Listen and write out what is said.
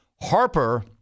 Harper